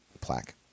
plaque